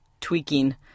tweaking